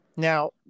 Now